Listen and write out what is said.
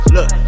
Look